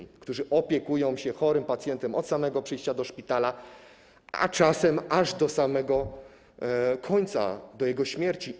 To osoby, które opiekują się chorym pacjentem od samego przyjęcia do szpitala, a czasem aż do samego końca, do jego śmierci.